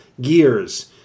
gears